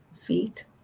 feet